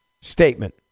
statement